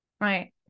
Right